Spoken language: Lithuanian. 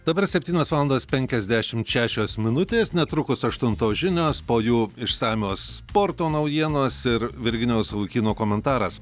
dabar septynios valandos penkiasdešimt šešios minutės netrukus aštuntos žinios po jų išsamios sporto naujienos ir virginijaus savukyno komentaras